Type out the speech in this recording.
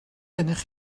gennych